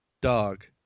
dog